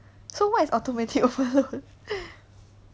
so what is automatic overload